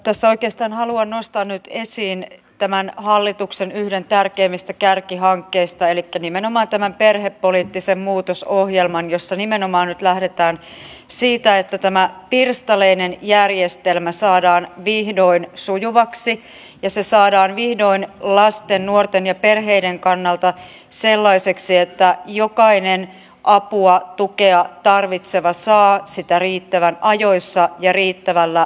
tässä oikeastaan haluan nostaa nyt esiin tämän yhden hallituksen tärkeimmistä kärkihankkeista elikkä nimenomaan tämän perhepoliittisen muutosohjelman jossa nimenomaan nyt lähdetään siitä että tämä pirstaleinen järjestelmä saadaan vihdoin sujuvaksi ja se saadaan vihdoin lasten nuorten ja perheiden kannalta sellaiseksi että jokainen apua tukea tarvitseva saa sitä riittävän ajoissa ja riittävällä voimalla